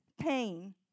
pain